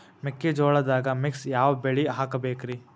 ಮೆಕ್ಕಿಜೋಳದಾಗಾ ಮಿಕ್ಸ್ ಯಾವ ಬೆಳಿ ಹಾಕಬೇಕ್ರಿ?